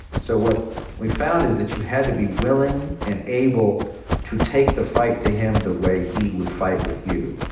so what we found is that you had to be willing and able to take the fight to him the way he would fight with you.